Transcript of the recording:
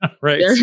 right